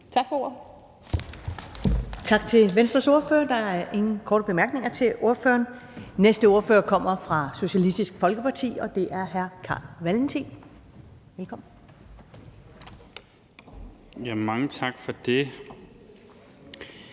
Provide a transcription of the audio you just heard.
Tak for ordet.